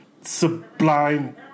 sublime